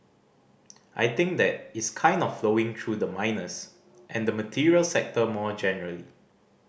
I think that is kind of flowing through the miners and the materials sector more generally